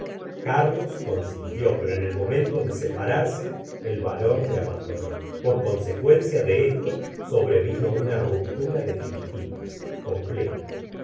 rlos consintió pero en el momento de separarse el va lor le ab andonó por consecuencia de esto sobrevino una ruptura definitiva completa